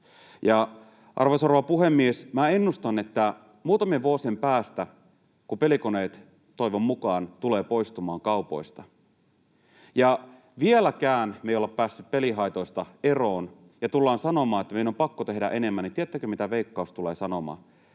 rouva puhemies! Minä ennustan muutamien vuosien päähän, kun pelikoneet toivon mukaan tulevat poistumaan kaupoista, kun me ei vieläkään olla päästy pelihaitoista eroon ja tullaan sanomaan, että meidän on pakko tehdä enemmän. Tiedättekö, mitä Veikkaus tulee sanomaan?